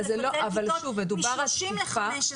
מ-30 ל-15 תלמידים.